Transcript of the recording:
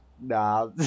nah